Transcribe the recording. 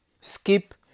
skip